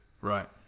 right